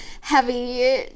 heavy